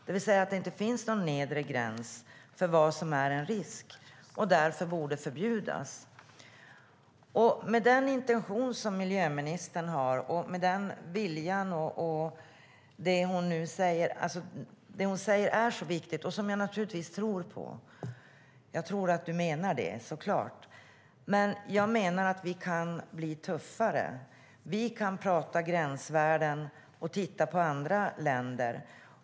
Det finns alltså ingen nedre gräns för vad som är en risk och därför borde förbjudas. Det som miljöministern säger är så viktigt, och naturligtvis tror jag på det. Men vi skulle kunna bli tuffare. Vi kan diskutera gränsvärden och titta på andra länder.